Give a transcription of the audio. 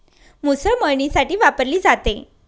मुसळ मळणीसाठी वापरली जाते